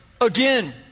Again